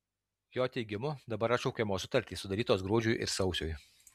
jo teigimu dabar atšaukiamos sutartys sudarytos gruodžiui ir sausiui